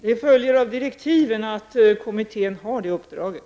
Herr talman! Det följer av direktiven att kommittén har det uppdraget.